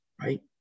right